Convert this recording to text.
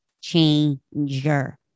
changer